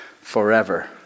forever